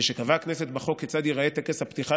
כשקבעה הכנסת בחוק כיצד ייראה טקס הפתיחה